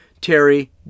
Terry